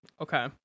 Okay